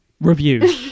review